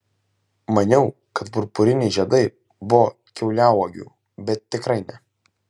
maniau kad purpuriniai žiedai buvo kiauliauogių bet tikrai ne